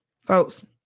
folks